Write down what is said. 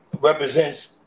represents